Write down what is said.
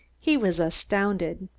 he was astounded.